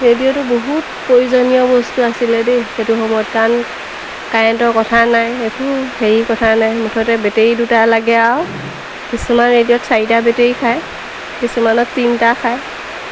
ৰেডিঅ'টো বহুত প্ৰয়োজনীয় বস্তু আছিলে দেই সেইটো সময়ত কাৰণ কাৰেণ্টৰ কথা নাই একো হেৰি কথা নাই মুঠতে বেটেৰী দুটা লাগে আৰু কিছুমান ৰেডিঅ'ত চাৰিটা বেটেৰী খায় কিছুমানত তিনিটা খায়